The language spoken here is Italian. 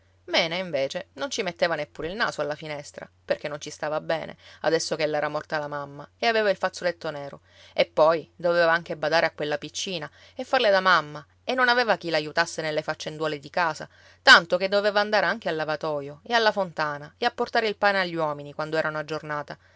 mena invece non ci metteva neppure il naso alla finestra perché non ci stava bene adesso che le era morta la mamma e aveva il fazzoletto nero e poi doveva anche badare a quella piccina e farle da mamma e non aveva chi l'aiutasse nelle faccenduole di casa tanto che doveva andare anche al lavatoio e alla fontana e a portare il pane agli uomini quando erano